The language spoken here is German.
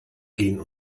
gehen